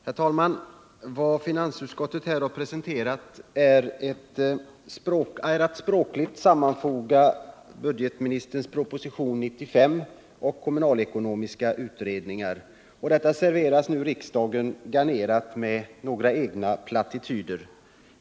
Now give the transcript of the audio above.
Herr talman! Vad finansutskottet här har presenterat är en språklig sammanfogning av budgetministerns proposition 95 och kommunalekonomiska utredningen. Detta serveras riksdagen garnerat med några egna plattityder.